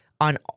on